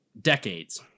decades